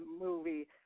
movie